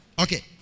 Okay